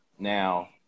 Now